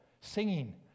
singing